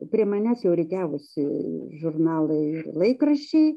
prie manęs jau rikiavosi žurnalai laikraščiai